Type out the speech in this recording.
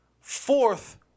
fourth